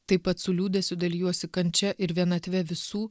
taip pat su liūdesiu dalijosi kančia ir vienatve visų